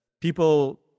people